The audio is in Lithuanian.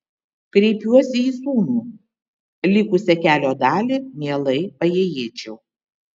kreipiuosi į sūnų likusią kelio dalį mielai paėjėčiau